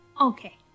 Okay